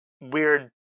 weird